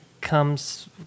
Comes